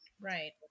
right